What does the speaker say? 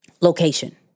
location